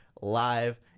live